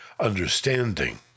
understanding